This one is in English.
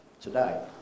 today